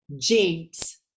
Jinx